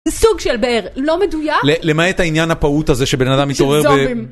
סוג של באר, לא מדוייק. ל.. למעט העניין הפעוט הזה שבן אדם מתעורר ב... של זובים.